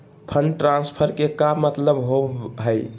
Fund transfer के का मतलब होव हई?